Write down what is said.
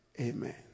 Amen